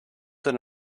than